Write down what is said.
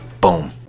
boom